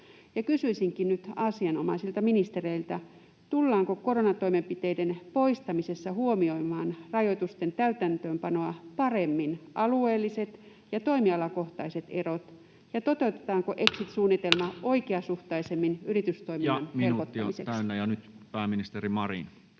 Kysyisinkin nyt asianomaisilta ministereiltä: tullaanko koronatoimenpiteiden poistamisessa huomioimaan rajoitusten täytäntöönpanoa paremmin alueelliset ja toimialakohtaiset erot ja toteutetaanko exit-suunnitelma oikeasuhtaisemmin yritystoiminnan helpottamiseksi? [Speech 31] Speaker: Toinen